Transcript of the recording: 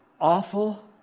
awful